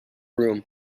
room